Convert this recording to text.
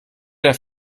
der